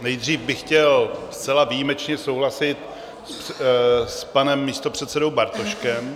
Nejdřív bych chtěl zcela výjimečně souhlasit s panem místopředsedou Bartoškem.